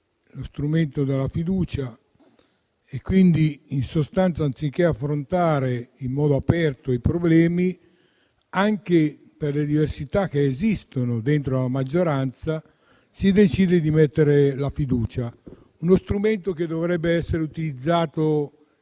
lo strumento della fiducia. Anziché affrontare in modo aperto i problemi, anche per le diversità che esistono dentro la maggioranza, si decide di mettere la fiducia. Uno strumento che dovrebbe essere utilizzato